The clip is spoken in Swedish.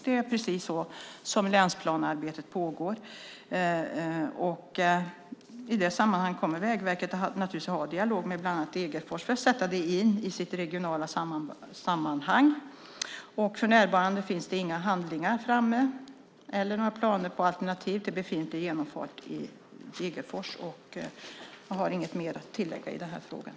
Det är precis så som länsplanearbetet går till. I det sammanhanget kommer Vägverket naturligtvis att ha dialog med bland annat Degerfors för att sätta in det i sitt regionala sammanhang. För närvarande finns det inga handlingar framme eller några planer på alternativ till befintlig genomfart i Degerfors. Jag har inget mer att tillägga i den här frågan.